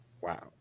wow